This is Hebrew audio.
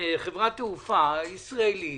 - חברת תעופה ישראלית